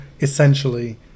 essentially